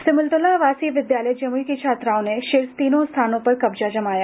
सिमुलतला आवासीय विद्यालय जमुई की छात्राओं ने शीर्ष तीनों स्थान पर कब्जा जमाया